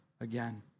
again